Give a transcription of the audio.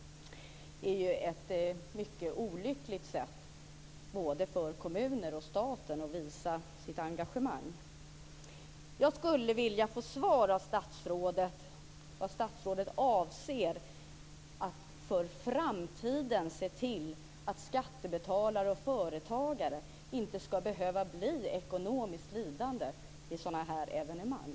Det är ett mycket olyckligt sätt för både kommunen och staten att visa sitt engagemang. Jag skulle vilja få svar av statsrådet vad statsrådet avser att göra för att för framtiden se till att skattebetalare och företagare inte ska behöva bli ekonomiskt lidande i samband med sådana här evenemang.